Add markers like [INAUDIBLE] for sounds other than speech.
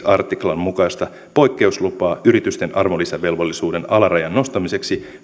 [UNINTELLIGIBLE] artiklan mukaista poikkeuslupaa yritysten arvonlisäverovelvollisuuden alarajan nostamiseksi